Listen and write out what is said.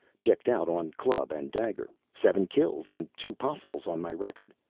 checked out on club and dagger, seven kills and two possibles on my record,